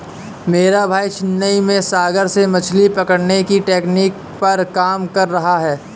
मेरा भाई चेन्नई में सागर से मछली पकड़ने की तकनीक पर काम कर रहा है